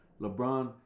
LeBron